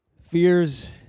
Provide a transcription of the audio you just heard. fears